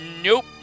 nope